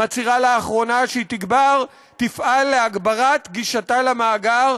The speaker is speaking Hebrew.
מצהירה לאחרונה שהיא תפעל להגברת גישתה למאגר,